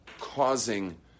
causing